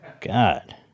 God